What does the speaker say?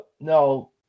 no